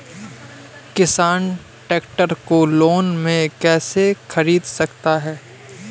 किसान ट्रैक्टर को लोन में कैसे ख़रीद सकता है?